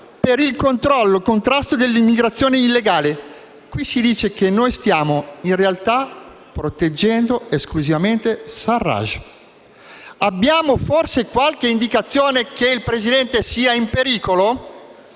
per il controllo/contrasto dell'immigrazione illegale»: qui si dice che in realtà noi stiamo proteggendo esclusivamente Sarraj. Abbiamo forse qualche indicazione che il Presidente sia in pericolo?